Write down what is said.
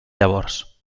llavors